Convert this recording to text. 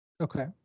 Okay